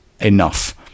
enough